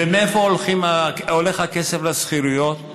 מאיפה הולך הכסף לשכירות?